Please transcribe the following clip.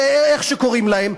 ואיך שקוראים להם,